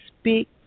speak